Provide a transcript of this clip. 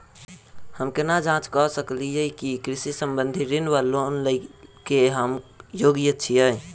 हम केना जाँच करऽ सकलिये की कृषि संबंधी ऋण वा लोन लय केँ हम योग्य छीयै?